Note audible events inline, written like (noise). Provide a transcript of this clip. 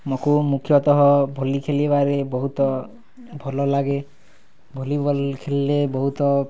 (unintelligible) ମୁଖ୍ୟତଃ ଭଲି ଖେଲିବାରେ ବହୁତ ଭଲ ଲାଗେ ଭଲି ବଲ୍ ଖେଲିଲେ ବହୁତ